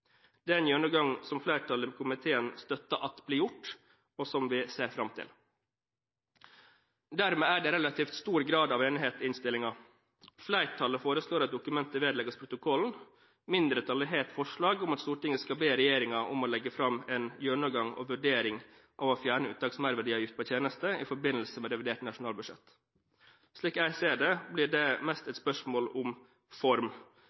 flertallet i komiteen støtter at blir gjort, og som vi ser fram til. Dermed er det relativt stor grad av enighet i innstillingen. Flertallet foreslår at dokumentet vedlegges protokollen. Mindretallet har et forslag om at Stortinget skal be regjeringen legge fram en gjennomgang og vurdering av å fjerne uttaksmerverdiavgift på tjenester i forbindelse med revidert nasjonalbudsjett. Slik jeg ser det, blir det mest et spørsmål om form.